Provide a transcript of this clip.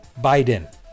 Biden